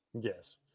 Yes